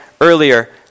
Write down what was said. earlier